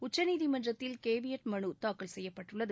உச்சநீதிமன்றத்தில் கேவியேட் மனு தாக்கல் செய்யப்பட்டுள்ளது